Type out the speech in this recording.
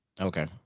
Okay